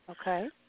Okay